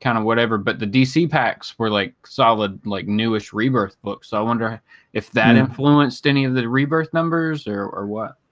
kind of whatever but the dc packs were like solid like newish rebirth books i wonder if that influenced any of the rebirth numbers or or what